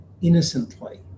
innocently